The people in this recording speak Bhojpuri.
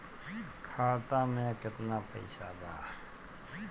खाता में केतना पइसा बा?